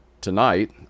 tonight